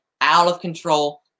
out-of-control